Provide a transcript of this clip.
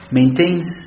maintains